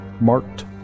marked